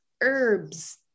herbs